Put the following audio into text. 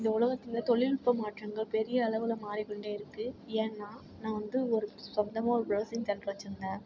இந்த உலகத்தில் தொழில்நுட்ப மாற்றங்கள் பெரிய அளவில் மாறிக்கொண்டே இருக்குது ஏன்னால் நான் வந்து ஒரு சொந்தமா ஒரு ப்ரௌசிங் சென்டர் வச்சுருந்தேன்